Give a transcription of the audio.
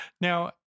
Now